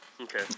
Okay